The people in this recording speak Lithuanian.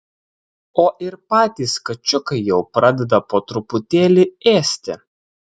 o ir patys kačiukai jau pradeda po truputėlį ėsti